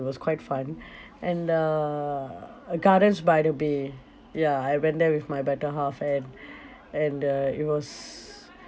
it was quite fun and uh uh gardens by the bay ya I went there with my better half and and uh it was